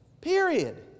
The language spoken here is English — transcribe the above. Period